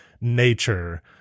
nature